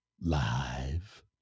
live